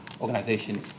organization